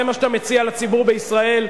זה מה שאתה מציע לציבור בישראל?